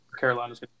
Carolina's